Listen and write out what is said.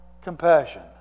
compassion